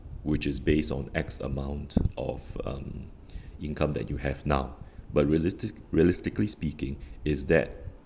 which is based on X amount of um income that you have now but realistic realistically speaking is that